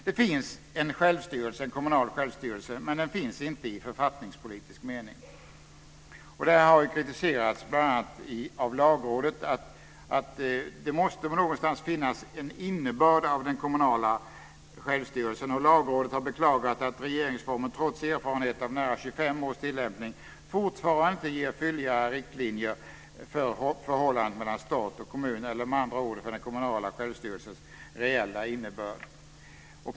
Det finns en kommunal självstyrelse, men den finns inte i författningspolitisk mening. Det här har kritiserats bl.a. av Lagrådet som anser att det någonstans måste finnas en innebörd av den kommunala självstyrelsen. Lagrådet har beklagat att regeringsformen, trots erfarenhet av nära 25 års tilllämpning, fortfarande inte ger fylligare riktlinjer för förhållandet mellan stat och kommun eller med andra ord för den kommunala självstyrelsens reella innebörd.